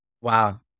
Wow